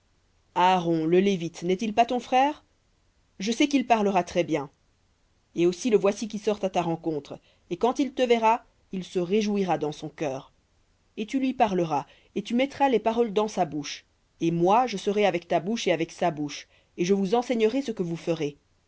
aaron le lévite n'est-il pas ton frère je sais qu'il parlera très-bien et aussi le voici qui sort à ta rencontre et quand il te verra il se réjouira dans son cœur et tu lui parleras et tu mettras les paroles dans sa bouche et moi je serai avec ta bouche et avec sa bouche et je vous enseignerai ce que vous ferez